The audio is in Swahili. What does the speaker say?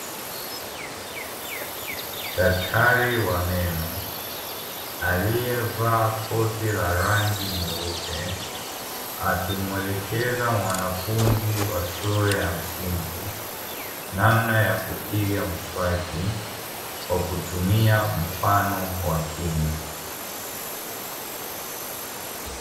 Daktari wa meno aliyevaa koti la rangi nyeupe, akimwelekeza mwanafunzi wa shule ya msingi, namna ya kupiga mswaki kwa kutumia mfano wa kinywa.